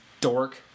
dork